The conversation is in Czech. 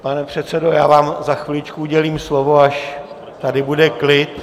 Pane předsedo, já vám za chviličku udělím slovo, až tady bude klid.